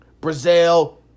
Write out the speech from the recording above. Brazil